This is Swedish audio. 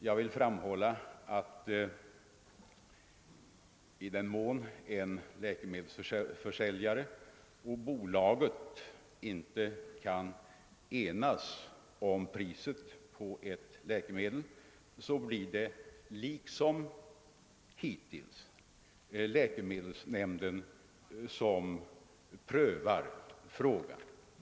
Jag vill framhålla att i den mån en läkemedelsförsäljare och apoteksbolaget inte kan enas om priset på ett läkemedel, så blir det liksom hittills läkemedelsnämnden som prövar frågan.